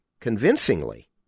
convincingly